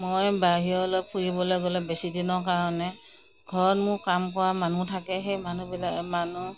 মই বাহিৰলৈ ফুৰিবলৈ গ'লে বেছিদিনৰ কাৰণে ঘৰত মোৰ কাম কৰা মানুহ থাকে সেই মানুহবিলাকে মানুহ